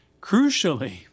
Crucially